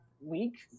week